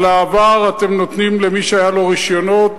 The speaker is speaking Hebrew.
על העבר אתם נותנים למי שהיו לו רשיונות,